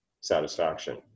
satisfaction